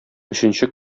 өченче